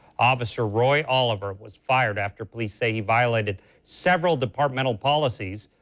officer roy oliver was fired after police say he violated several departmental policies.